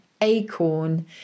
acorn